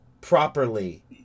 properly